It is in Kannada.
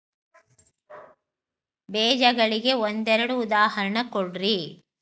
ಬೇಜಗಳಿಗೆ ಒಂದೆರಡು ಉದಾಹರಣೆ ಕೊಡ್ರಿ?